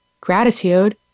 gratitude